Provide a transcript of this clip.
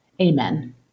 Amen